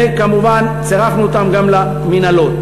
וכמובן צירפנו אותם גם למינהלות.